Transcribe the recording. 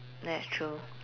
that's true